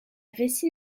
vessie